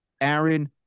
Aaron